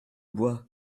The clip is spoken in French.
bois